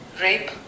rape